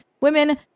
women